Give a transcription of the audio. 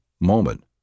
moment